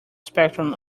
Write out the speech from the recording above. spectrum